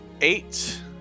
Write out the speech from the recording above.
eight